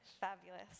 Fabulous